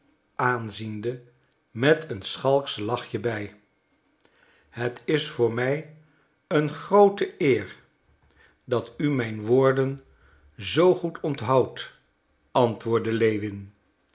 aanziende met een schalksch lachje bij het is voor mij een groote eer dat u mijn woorden zoo goed onthoudt antwoordde lewin